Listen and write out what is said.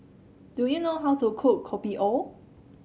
do you know how to cook Kopi O